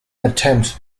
attempt